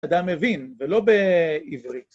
אדם מבין, ולא בעברית.